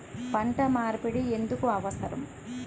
పంట మార్పిడి ఎందుకు అవసరం?